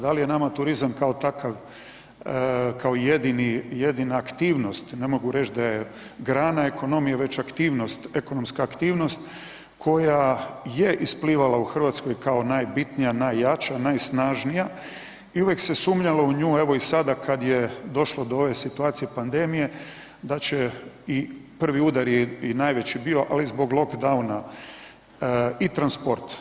Da li je nama turizam kao takav, kao jedini, jedina aktivnost, ne mogu reć da je grana ekonomije već aktivnost, ekonomska aktivnost koja je isplivala u RH kao najbitnija, najjača, najsnažnija i uvijek se sumnjalo u nju, evo i sada kad je došlo do ove situacije pandemije da će i prvi udar je i najveći bio, ali zbog lockdowna i transport.